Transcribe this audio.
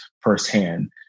firsthand